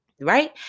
right